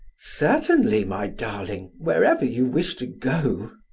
certainly, my darling, wherever you wish to go.